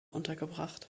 untergebracht